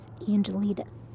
Angelitas